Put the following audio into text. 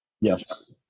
Yes